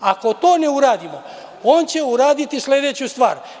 Ako to ne uradimo, on će uraditi sledeću stvar.